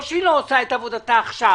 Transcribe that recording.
לא שהיא לא עושה את עבודתה עכשיו.